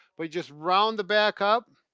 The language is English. but just round the back up